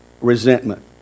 resentment